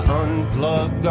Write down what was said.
unplug